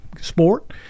sport